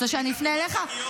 רוצה שאני אפנה אליך?